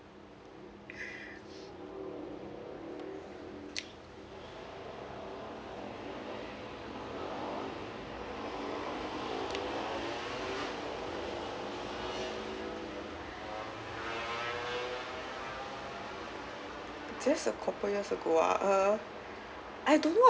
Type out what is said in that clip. just a couple years ago ah uh I don't know